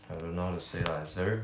I don't know how to say lah it's very